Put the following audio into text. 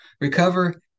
recover